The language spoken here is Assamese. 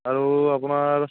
আৰু আপোনাৰ